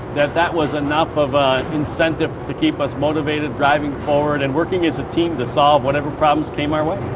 that that was enough of an incentive to keep us motivated, driving forward, and working as a team to solve whatever problems came our way.